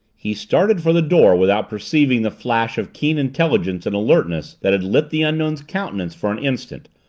he started for the door without perceiving the flash of keen intelligence and alertness that had lit the unknown's countenance for an instant,